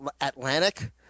Atlantic